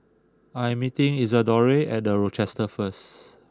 I am meeting Isadore at The Rochester first